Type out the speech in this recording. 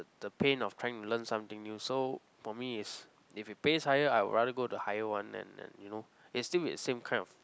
the pain of trying to learn something new so for me it's if it pays higher I will rather go the higher one and and you know it'll still be the same kind of